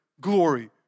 glory